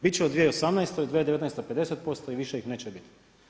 Biti će u 2018., 2019. 50% i više ih neće biti.